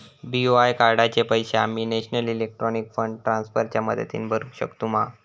BOI कार्डाचे पैसे आम्ही नेशनल इलेक्ट्रॉनिक फंड ट्रान्स्फर च्या मदतीने भरुक शकतू मा?